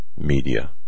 Media